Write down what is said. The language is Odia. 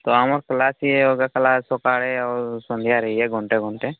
ତ ଆମର କ୍ଲାସ୍ ଇଏ ଅଲଗା କ୍ଲାସ୍ ସକାଳ ଆଉ ସନ୍ଧ୍ୟାରେ ହୁଏ ଘଣ୍ଟେ ଘଣ୍ଟେ